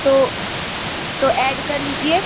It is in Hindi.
तो तो ऐड कर लीजिए